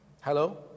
Hello